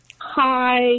Hi